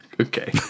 Okay